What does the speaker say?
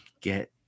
get